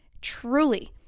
truly